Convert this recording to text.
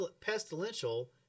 pestilential